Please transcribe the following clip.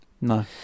no